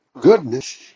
goodness